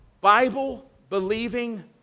Bible-believing